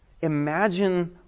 Imagine